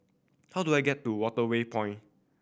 how do I get to Waterway Point